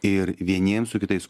ir vieniems su kitais